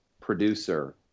producer